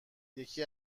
یکی